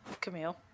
Camille